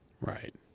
Right